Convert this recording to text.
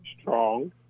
Strong